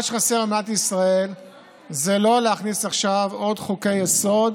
מה שחסר במדינת ישראל זה לא להכניס עכשיו עוד חוקי-יסוד.